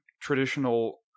traditional